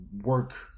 work